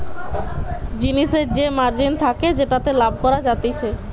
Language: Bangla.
জিনিসের যে মার্জিন থাকে যেটাতে লাভ করা যাতিছে